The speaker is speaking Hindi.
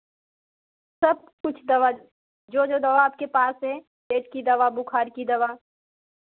सबकुछ दवा जो जो दवा आपके पास है पेट की दवा बुखार की दवा